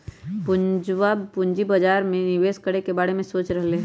पूजवा पूंजी बाजार में निवेश करे के बारे में सोच रहले है